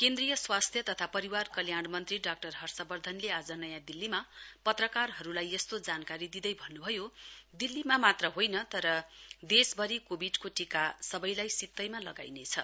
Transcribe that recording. केन्द्रीय स्वास्थ्य तथा परिवार कल्याण मन्त्री डाक्टर हर्षवर्धनले आज नयाँ दिल्लीमा पत्रकारहरूलाई यस्तो जानकारी दिँदै भन्न्भयो दिल्लीमा मात्र होइन तर देशभरि कोविडको टीका सबैलाई सितैमै लगाइनेछ